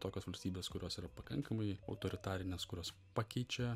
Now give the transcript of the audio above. tokios valstybės kurios yra pakankamai autoritarinės kurios pakeičia